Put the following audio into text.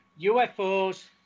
UFOs